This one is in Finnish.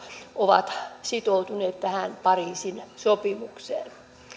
ovat sitoutuneet tähän pariisin sopimukseen